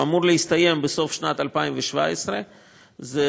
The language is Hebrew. הוא אמור להסתיים בסוף שנת 2017. זה